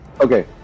Okay